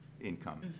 income